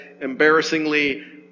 embarrassingly